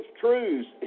truths